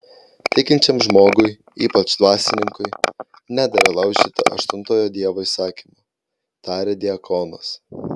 tikinčiam žmogui ypač dvasininkui nedera laužyti aštuntojo dievo įsakymo tarė diakonas